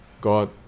God